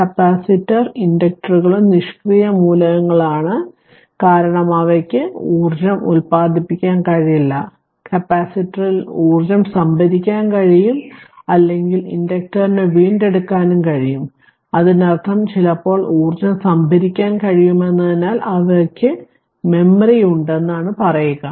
അതിനാൽ കപ്പാസിറ്റർ ഇൻഡക്റ്ററുകളും നിഷ്ക്രിയ മൂലകങ്ങളാണ് കാരണം അവയ്ക്ക് അവയ്ക്ക് ഊർജ്ജം ഉൽപാദിപ്പിക്കാൻ കഴിയില്ല കപ്പാസിറ്ററിൽ ഊർജ്ജം സംഭരിക്കാൻ കഴിയും അല്ലെങ്കിൽ ഇൻഡക്റ്ററിന് വീണ്ടെടുക്കാനും കഴിയും അതിനർത്ഥം ചിലപ്പോൾ ഊർജ്ജം സംഭരിക്കാൻ കഴിയുമെന്നതിനാൽ അവർക്ക് മെമ്മറി ഉണ്ടെന്ന് പറയുക